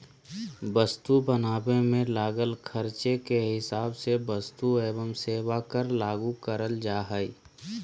वस्तु बनावे मे लागल खर्चे के हिसाब से वस्तु एवं सेवा कर लागू करल जा हय